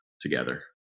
together